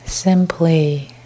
Simply